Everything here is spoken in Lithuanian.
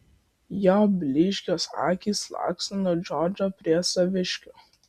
jo blyškios akys laksto nuo džordžo prie saviškių